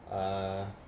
ah